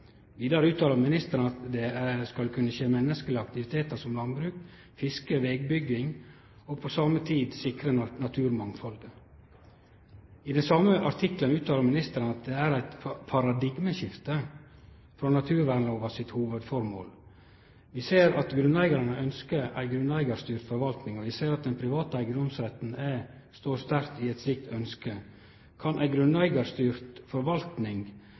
Vidare uttalar ministeren at det skal kunne skje menneskeleg aktivitetar som landbruk, fiske og vegbygging samtidig som ein sikrar naturmangfaldet. I den same artikkelen uttalar ministeren at det er eit paradigmeskifte frå naturvernlova sitt hovudføremål. Vi ser at grunneigarane ønskjer ei grunneigarstyrt forvaltning, og vi ser at den private eigedomsretten står sterkt i eit slikt ønskje. Kan ei grunneigarstyrt forvaltning